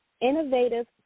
innovative